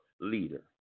leader